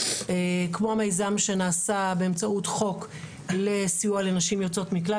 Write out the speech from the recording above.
כמו מיזם שנעשה באמצעות חוק לסיוע לנשים יוצאות מקלט,